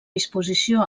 disposició